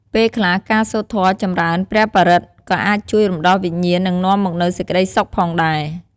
ពេលខ្លះការសូត្រធម៌ចំរើនព្រះបរិត្ត ក៏អាចជួយរំដោះវិញ្ញាណ និងនាំមកនូវសេចក្តីសុខផងដែរ។